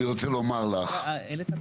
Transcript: אני רוצה לומר לך גבירתי,